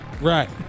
Right